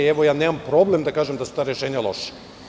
Evo, nemam problem da kažem da su ta rešenja loša.